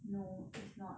no it's not